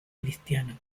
cristiano